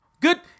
Good